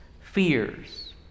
fears